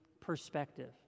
perspective